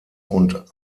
und